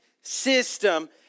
system